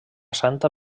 santa